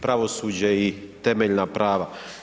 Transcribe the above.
Pravosuđe i temeljna prava“